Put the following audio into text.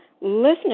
listening